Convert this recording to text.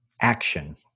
action